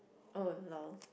oh lol